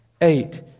Eight